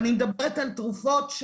ואני מדברת על תרופות,